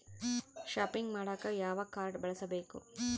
Shopping ಮಾಡಾಕ ಯಾವ card ಬಳಸಬೇಕು?